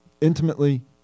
intimately